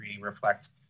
reflect